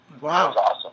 Wow